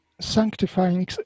sanctifying